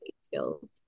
skills